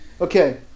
Okay